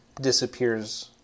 disappears